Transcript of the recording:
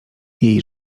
jej